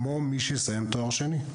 כמו מי שיסיים תואר שני.